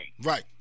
Right